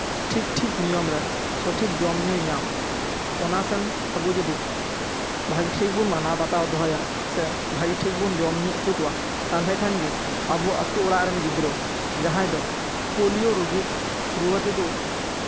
ᱴᱷᱤᱠ ᱴᱷᱤᱠ ᱱᱤᱭᱚᱢᱨᱮ ᱥᱚᱴᱷᱤᱠ ᱡᱚᱢ ᱧᱩᱭ ᱧᱟᱢ ᱚᱱᱟ ᱥᱮᱱ ᱟᱵᱚ ᱡᱩᱫᱤ ᱵᱷᱟᱜᱮ ᱴᱷᱤᱠ ᱵᱚᱱ ᱢᱟᱱᱟᱣ ᱵᱟᱛᱟᱣ ᱫᱚᱦᱚᱭᱟ ᱥᱮ ᱵᱷᱟᱹᱜᱮ ᱴᱷᱤᱠ ᱵᱚᱱ ᱡᱚᱢ ᱧᱩ ᱦᱚᱪᱚ ᱠᱚᱣᱟ ᱛᱟᱦᱞᱮ ᱠᱷᱟᱱᱜᱮ ᱟᱵᱚ ᱟᱛᱳ ᱚᱲᱟᱜ ᱨᱮᱱ ᱜᱤᱫᱽᱨᱟᱹ ᱡᱟᱦᱟᱸᱭ ᱫᱚ ᱯᱳᱞᱤᱭᱳ ᱨᱩᱜᱤ ᱨᱩᱣᱟᱹ ᱛᱮᱠᱚ